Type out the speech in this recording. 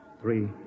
three